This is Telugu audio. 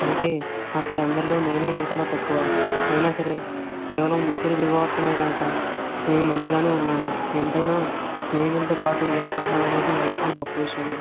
అయితే అక్కడ అందరిలో నేనే ఈతలో తక్కువ అయినా సరే కేవలం ఊపిరి బిగపట్టడమే కనుక నేను మంచిగానే ఉన్నాను ఎంతైనా స్నేహితులతో పాటు ఈత కొట్టడం అనేది ఎల్లప్పుడూ గొప్ప విషయమే